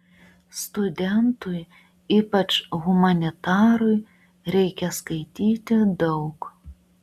studentui ypač humanitarui reikia skaityti daug